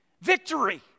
Victory